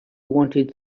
wanted